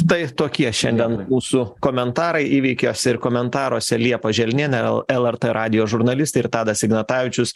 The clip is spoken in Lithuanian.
tai tokie šiandien mūsų komentarai įvykiuos ir komentaruose liepa želnienė l lrt radijo žurnalistė ir tadas ignatavičius